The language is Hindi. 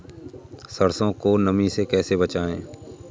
सरसो को नमी से कैसे बचाएं?